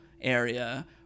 area